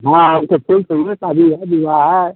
हाँ हमको फूल चाहिए षादी है ब्याह है